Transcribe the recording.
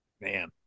Man